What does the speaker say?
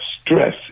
stress